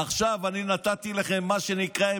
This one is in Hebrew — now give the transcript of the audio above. עכשיו אני נתתי לכם מה שנקרא,